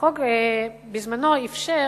החוק בזמנו אפשר